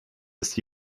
ist